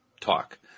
talk